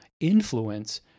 influence